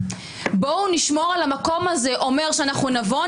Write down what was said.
בואו נשמור על המקום הזה אומר שאנחנו נבוא,